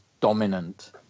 dominant